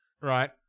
right